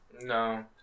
No